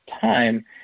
time